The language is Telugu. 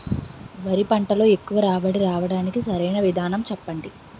వరి పంటలో ఎక్కువ రాబడి రావటానికి సరైన విధానం చెప్పండి?